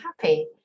happy